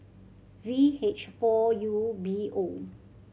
V H four U B O